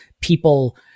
people